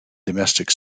domestic